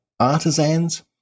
Artisans